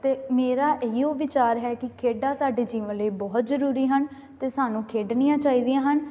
ਅਤੇ ਮੇਰਾ ਇਹ ਹੀ ਹੋ ਵਿਚਾਰ ਹੈ ਕਿ ਖੇਡਾਂ ਸਾਡੇ ਜੀਵਨ ਲਈ ਬਹੁਤ ਜਰੂਰੀ ਹਨ ਅਤੇ ਸਾਨੂੰ ਖੇਡਣੀਆਂ ਚਾਹੀਦੀਆਂ ਹਨ